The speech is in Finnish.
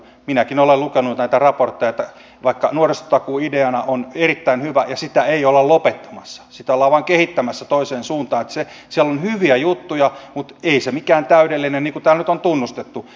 minäkin olen lukenut näitä raportteja että vaikka nuorisotakuu ideana on erittäin hyvä ja siellä on hyviä juttuja ja sitä ei olla lopettamassa sitä ollaan vain kehittämässä toiseen suuntaan ei se mikään täydellinen ole niin kuin täällä nyt on tunnustettu